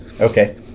Okay